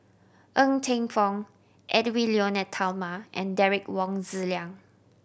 Ng Teng Fong Edwy Lyonet Talma and Derek Wong Zi Liang